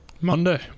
Monday